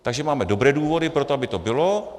Takže máme dobré důvody pro to, aby to bylo.